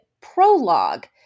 prologue